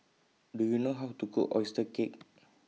Do YOU know How to Cook Oyster Cake